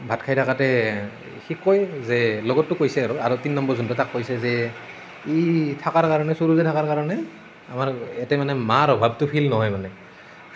ভাত খাই থাকোঁতে সি কয় যে লগৰটোক কৈছে আৰু আৰু তিনি নম্বৰ যোনটো তাক কৈছে যে ই থকাৰ কাৰণে সুৰুজে থকাৰ কাৰণে আমাৰ ইয়াতে মানে মাৰ অভাৱটো ফিল নহয় মানে